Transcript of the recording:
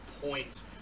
point